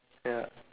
ya